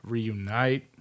Reunite